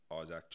Isaac